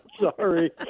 sorry